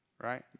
right